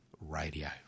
radio